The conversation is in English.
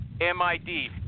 M-I-D